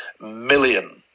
million